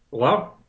Hello